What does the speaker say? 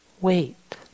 wait